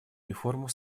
реформу